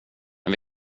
men